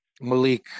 Malik